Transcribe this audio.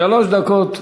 שלוש דקות לרשותך,